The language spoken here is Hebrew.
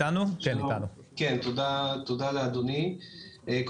כן תודה רבה אדוני יושב הראש.